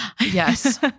Yes